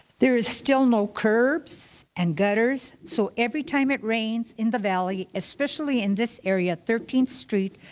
there is still no curbs and gutters, so every time it rains in the valley, especially in this area, thirteenth street,